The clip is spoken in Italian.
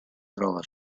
trova